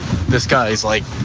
this guy's like,